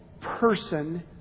person